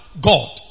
God